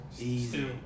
Easy